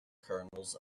kernels